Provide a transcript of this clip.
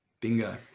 Bingo